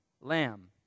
lamb